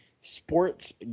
sports